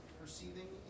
perceiving